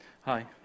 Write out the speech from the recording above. hi